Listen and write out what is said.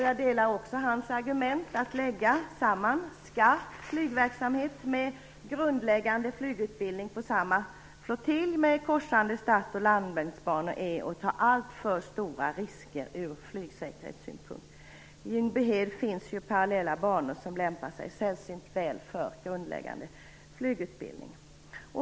Jag delar också hans argument att en sammanläggning av skarp flygverksamhet med grundläggande flygutbildning på samma flottilj med korsande start och landningsbanor är att ta alltför stora risker ur flygsäkerhetssynpunkt. I Ljungbyhed finns ju parallella banor som lämpar sig sällsynt väl för grundläggande flygutbildning.